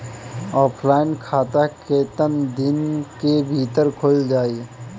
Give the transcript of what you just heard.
Offline खाता केतना दिन के भीतर खुल जाई?